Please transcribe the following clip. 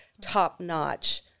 top-notch